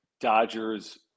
Dodgers